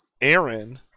Aaron